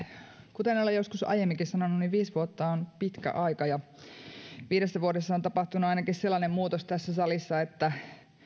kuten olen joskus aiemminkin sanonut viisi vuotta on pitkä aika ja viidessä vuodessa on tapahtunut ainakin sellainen muutos tässä salissa että